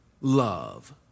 love